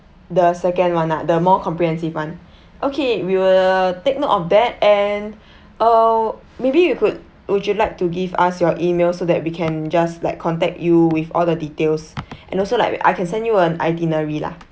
the second one ah the more comprehensive one okay we will take note of that and uh maybe you could would you like to give us your email so that we can just like contact you with all the details and also like I can send you an itinerary lah